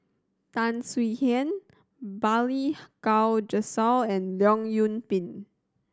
Tan Swie Hian Balli Kaur Jaswal and Leong Yoon Pin